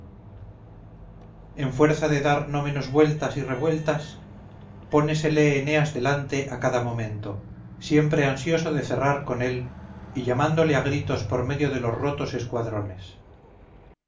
en fuerza de dar no menos vueltas y revueltas pónesele eneas delante a cada momento siempre ansioso de cerrar con él y llamándole a gritos por medio de los rotos escuadrones